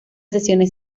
sesiones